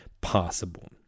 possible